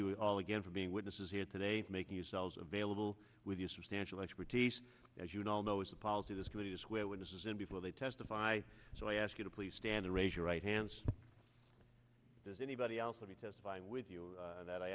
you all again for being witnesses here today making yourselves available with your substantial expertise as you would all know is the policy this committee to swear witnesses in before they testify so i ask you to please stand and raise your right hands as anybody else let me testifying with you that i